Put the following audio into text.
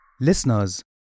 Listeners